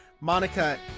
Monica